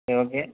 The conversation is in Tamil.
சரி ஓகே